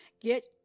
Get